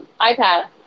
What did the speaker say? iPad